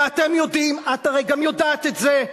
ואתם יודעים, את הרי גם יודעת את זה.